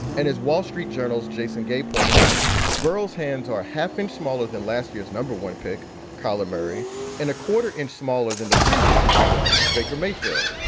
and his wall street journal's jason gay pointed out burls hands or half inch smaller than last year's number one pick collar mary and a quarter inch smaller than the previous number one. baker mayfield.